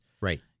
Right